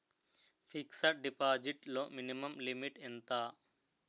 Fixed deposit లో minimum limit ఎంత?